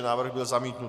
Návrh byl zamítnut.